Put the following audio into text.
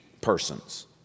persons